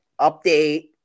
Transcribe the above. update